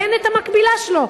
תן את המקבילה שלו.